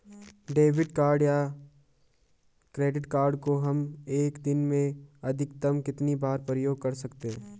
Debit या credit card को हम एक दिन में अधिकतम कितनी बार प्रयोग कर सकते हैं?